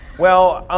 well,